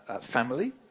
family